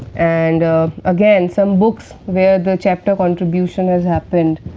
and again some books where the chapter contribution has happened.